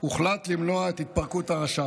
הוחלט למנוע את התפרקות הרש"פ.